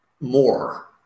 more